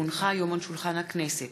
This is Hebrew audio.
כי הונחו היום על שולחן הכנסת,